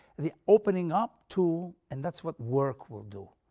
the opening up to, and that's what work will do,